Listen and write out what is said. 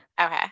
Okay